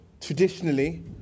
traditionally